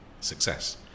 success